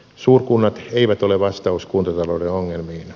suurkunnat eivät ole vastaus kuntatalouden ongelmiin